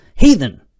heathen